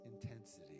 intensity